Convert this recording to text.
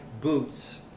boots